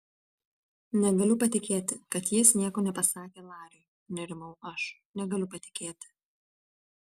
negaliu patikėti kad jis nieko nepasakė lariui nerimau aš negaliu patikėti